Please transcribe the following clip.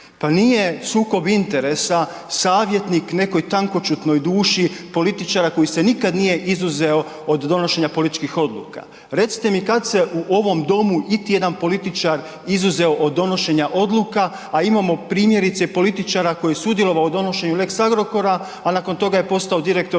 Pa nije sukob interesa savjetnik nekoj tankoćutnoj duši političara koji se nikada nije izuzeo od donošenja političkih odluka. Recite mi kad se u ovom domu iti jedan političar izuzeo od donošenja odluka, a imamo primjerice političara koji je sudjelovao u donošenju lex Agrokora, a nakon toga je postao direktor